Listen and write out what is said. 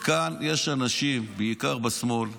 כאן יש אנשים, בעיקר בשמאל,